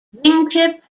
wingtip